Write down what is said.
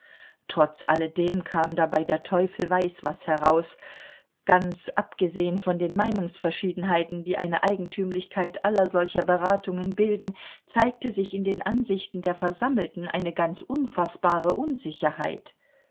trotz alledem kam dabei der teufel weiß was heraus ganz abgesehen von den meinungsverschiedenheiten die eine eigentümlichkeit aller solcher beratungen bilden zeigte sich in den ansichten der versammelten eine ganz unfaßbare unsicherheit